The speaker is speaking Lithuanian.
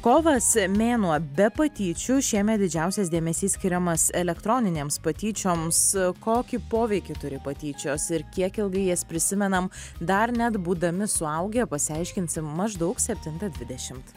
kovas mėnuo be patyčių šiemet didžiausias dėmesys skiriamas elektroninėms patyčioms kokį poveikį turi patyčios ir kiek ilgai jas prisimename dar net būdami suaugę pasiaiškinsim maždaug septintą dvidešimt